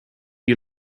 you